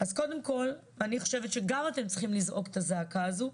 אז קודם כל אני חושבת שגם אתם צריכים לזעוק את הזעקה הזאת,